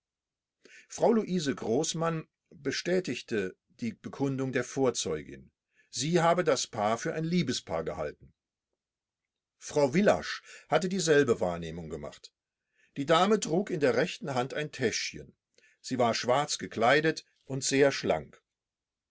frau luise großmann bestätigte die bekundung der vorzeugin sie habe das paar für ein liebespaar gehalten frau willasch hatte dieselbe wahrnehmung gemacht die dame trug in der rechten hand ein täschchen sie war schwarz gekleidet und sehr schlank